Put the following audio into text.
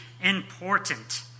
important